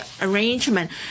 arrangement